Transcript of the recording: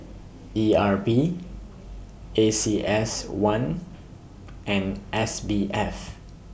E R P A C S one and S B F